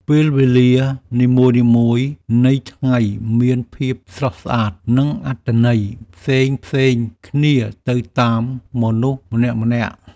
ពេលវេលានីមួយៗនៃថ្ងៃមានភាពស្រស់ស្អាត និងអត្ថន័យផ្សេងៗគ្នាទៅតាមមនុស្សម្នាក់ៗ។